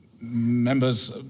members